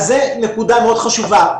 זאת נקודה מאוד חשובה.